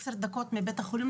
עשר דקות מבית החולים,